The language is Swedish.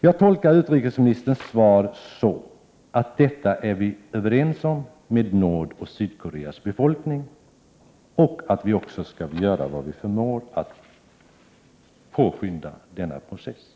Jag tolkar utrikesministerns svar så, att vi är överens med Nordoch Sydkoreas befolkning om detta och att vi skall göra vad vi förmår för att påskynda denna process.